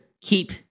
keep